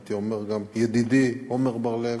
הייתי אומר גם ידידי עמר בר-לב.